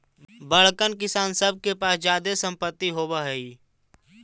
बड़कन किसान सब के पास जादे सम्पत्ति होवऽ हई